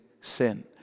sin